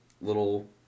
little